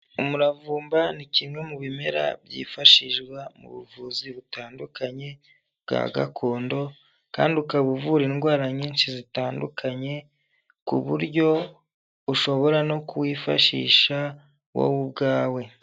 Umuravumba ni kimwe mu bimera byifashishwa mu buvuzi butandukanye bwa gakondo, kandi ukaba uvura indwara nyinshi zitandukanye ku buryo ushobora no kuwifashisha wowe ubwawe.